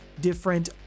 different